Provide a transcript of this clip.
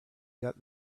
got